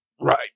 Right